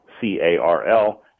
C-A-R-L